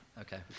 Okay